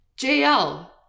JL